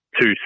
two